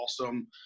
awesome